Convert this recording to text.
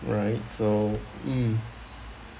right so mm